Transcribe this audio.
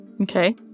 Okay